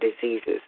diseases